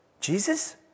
Jesus